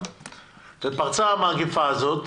ופרצה המגפה הזאת,